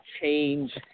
change